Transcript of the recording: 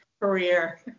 career